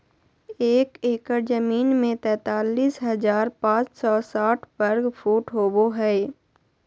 एक एकड़ जमीन में तैंतालीस हजार पांच सौ साठ वर्ग फुट होबो हइ